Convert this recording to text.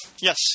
Yes